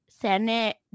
Senate